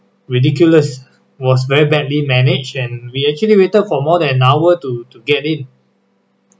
ridiculous was very badly managed and we actually waited for more than an hour to to get in